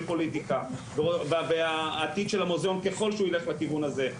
פוליטיקה והעתיד של המוזיאון ככול שהוא ילך לכיוון הזה,